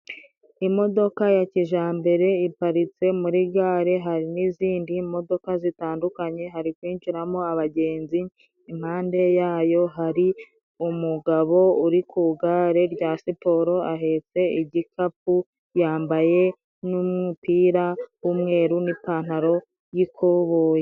Imodoka ya kijambere iparitse muri gare，hari n'izindi modoka zitandukanye， hari kwinjiramo abagenzi， impande yayo hari umugabo uri ku igare rya siporo， ahetse igikapu yambaye n'umupira w'umweru n'ipantaro y'ikuboyi.